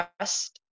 trust